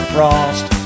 Frost